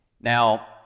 Now